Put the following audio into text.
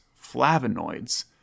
flavonoids